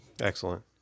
Excellent